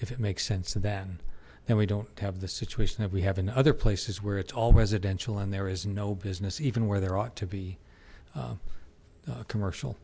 if it makes sense then then we don't have the situation that we have in other places where it's all residential and there is no business even where there ought to be commercial